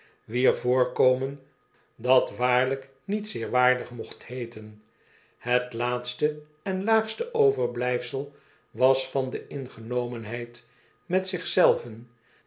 wier voorkomen dat waarlijk niet zeer waardig mocht heeten het laatste en laagste overblijfsel was van de ingenomenheid met zich zelven